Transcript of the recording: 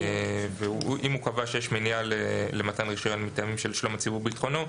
אם הוא קבע שיש מניעה למתן רישיון מטעמים של שלום הציבור וביטחונו,